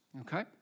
okay